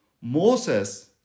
Moses